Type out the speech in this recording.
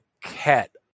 cat